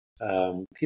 people